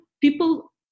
people